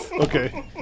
Okay